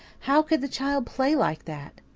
how could the child play like that?